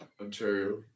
Ontario